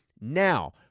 Now